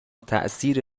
تاثیر